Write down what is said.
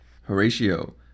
Horatio